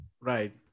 Right